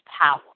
power